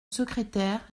secrétaire